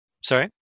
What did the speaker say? Sorry